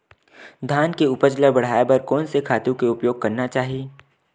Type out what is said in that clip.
धान के उपज ल बढ़ाये बर कोन से खातु के उपयोग करना चाही?